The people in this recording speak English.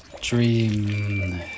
dream